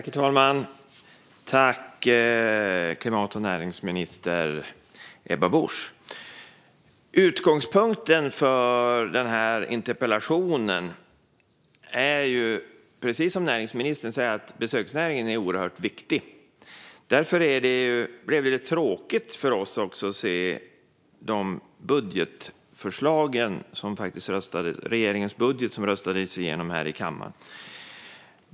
Herr talman! Tack, energi och näringsminister Ebba Busch! Utgångspunkten för den här interpellationen är, precis som näringsministern säger, att besöksnäringen är oerhört viktig. Därför blev det väldigt tråkigt för oss att se regeringens budget som röstades igenom här i kammaren.